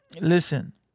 Listen